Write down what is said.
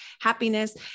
happiness